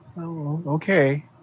Okay